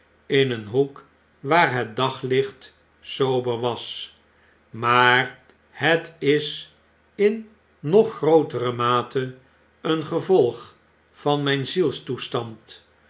in een hoek waar het daglicht sober was maar het is in nog grootere mate een gevolg van myn